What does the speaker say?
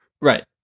Right